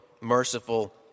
merciful